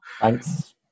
Thanks